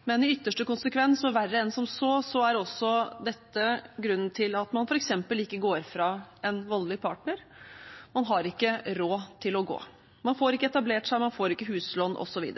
og jobb. Men verre enn som så – i ytterste konsekvens er dette grunnen til at man f.eks. ikke går fra en voldelig partner; man har ikke råd til å gå. Man får ikke etablert seg, man får ikke huslån, osv.